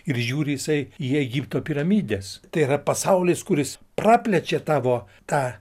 ir žiūri jisai į egipto piramidės tai yra pasaulis kuris praplečia tavo tą